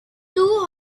two